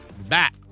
Back